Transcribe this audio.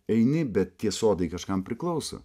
eini bet tie sodai kažkam priklauso